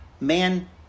man